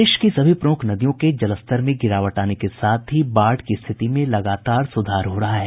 प्रदेश की सभी प्रमुख नदियों के जलस्तर में गिरावट आने के साथ ही बाढ़ की स्थिति में लगातार सुधार हो रहा है